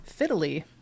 fiddly